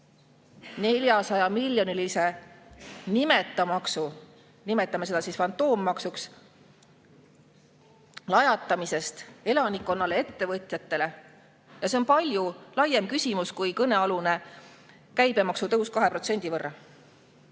400‑miljonilise nimeta maksu, nimetame seda fantoommaksuks, lajatamisest elanikkonnale ja ettevõtjatele. See on palju laiem küsimus kui kõnealune käibemaksu tõus 2% võrra.